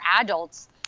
adults